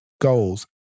goals